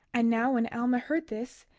and now when alma heard this,